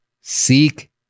Seek